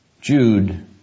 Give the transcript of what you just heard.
Jude